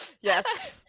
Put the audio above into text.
yes